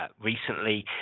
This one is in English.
recently